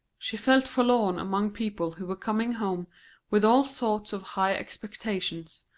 she felt forlorn among people who were coming home with all sorts of high expectations,